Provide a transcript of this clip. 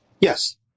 Yes